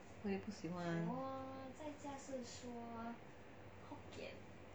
我也不喜欢